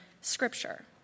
Scripture